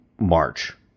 March